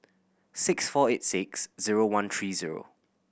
six four eight six zero one three zero